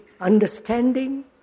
understanding